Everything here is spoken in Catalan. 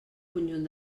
conjunt